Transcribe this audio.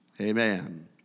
Amen